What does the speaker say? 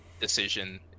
decision